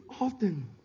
often